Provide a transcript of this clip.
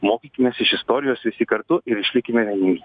mokykimės iš istorijos visi kartu ir išlikime vieningi